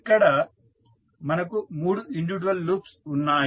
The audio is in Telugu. ఇక్కడ మనకు మూడు ఇండివిడ్యువల్ లూప్స్ ఉన్నాయి